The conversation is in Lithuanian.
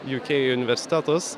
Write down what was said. ju kei universitetus